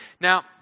Now